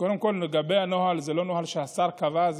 קודם כול, לגבי הנוהל, זה לא נוהל שהשר קבע.